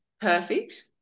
perfect